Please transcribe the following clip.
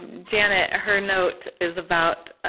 and janet, her note is about